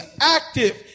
active